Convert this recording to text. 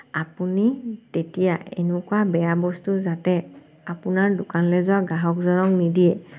আপুনি তেতিয়া এনকুৱা বেয়া বস্তু যাতে আপোনাৰ দোকানলৈ যোৱা গ্ৰাহকজনক নিদিয়ে